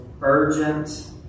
urgent